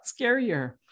scarier